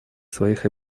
своих